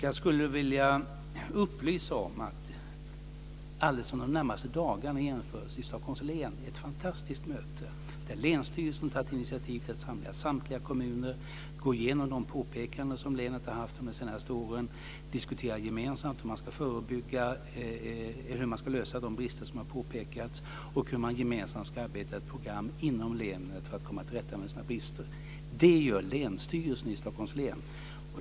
Jag skulle vilja upplysa om att inom de närmaste dagarna genomförs i Stockholms län ett fantastiskt möte. Länsstyrelsen har tagit initiativ till att samla samtliga kommuner för att gå igenom de påpekanden som länet har haft de senaste åren, diskutera gemensamt hur man ska lösa de brister som har påpekats och hur man gemensamt ska utarbeta ett program inom länet för att komma till rätta med bristerna. Det gör Länsstyrelsen i Stockholms län.